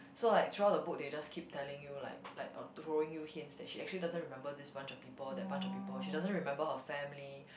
so like throughout the book they just keep telling you like like or throwing you hints that she actually doesn't remember this bunch of people that bunch of people she doesn't remember her family